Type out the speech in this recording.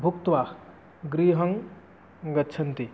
भुक्त्वा गृहङ्गच्छन्ति